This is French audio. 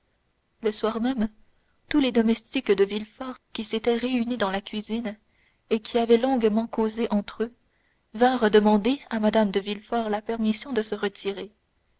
le soir même tous les domestiques de villefort qui s'étaient réunis dans la cuisine et qui avaient longuement causé entre eux vinrent demander à mme de villefort la permission de se retirer